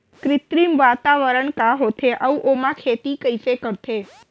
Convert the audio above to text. कृत्रिम वातावरण का होथे, अऊ ओमा खेती कइसे करथे?